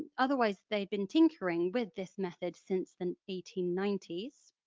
otherwise they had been tinkering with this method since the eighteen ninety s.